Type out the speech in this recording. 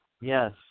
Yes